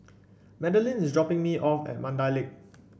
Madalyn is dropping me off at Mandai Lake